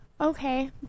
okay